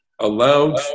allowed